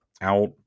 out